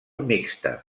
mixta